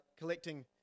collecting